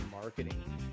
Marketing